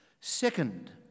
Second